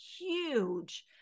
huge